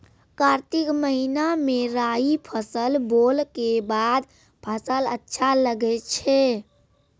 कार्तिक महीना मे राई फसल बोलऽ के बाद फसल अच्छा लगे छै